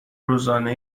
روزانه